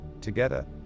together